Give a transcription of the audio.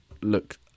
look